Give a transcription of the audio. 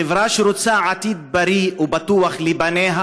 חברה שרוצה עתיד בריא ובטוח לבניה